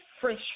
fresh